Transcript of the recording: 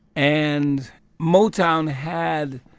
and motown had